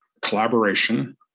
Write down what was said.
collaboration